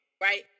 right